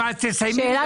בצורה